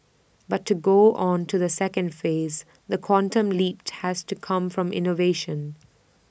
but to go on to the second phase the quantum leap has to come from innovation